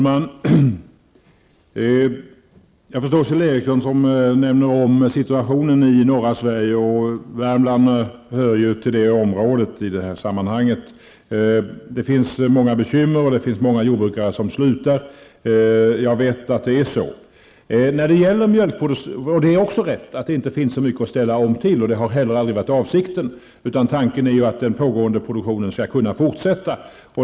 Herr talman! Kjell Ericsson nämner situationen i norra Sverige, och Värmland hör ju i det här sammanhanget till det området. Jag vet att det finns många bekymmer och att många jordbrukare slutar. Det är också riktigt att det inte finns så mycket att ställa om till. Det har heller aldrig varit avsikten, utan tanken är att den pågående produktionen skall kunna fortsätta.